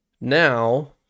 Now